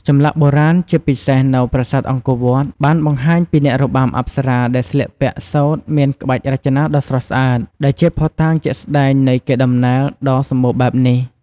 ចម្លាក់បុរាណ ជាពិសេសនៅប្រាសាទអង្គរវត្ត បានបង្ហាញពីអ្នករបាំអប្សរាដែលស្លៀកពាក់សូត្រមានក្បាច់រចនាដ៏ស្រស់ស្អាត ដែលជាភស្តុតាងជាក់ស្តែងនៃកេរ្តិ័ដំណែលដ៏សម្បូរបែបនេះ។